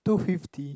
two fifty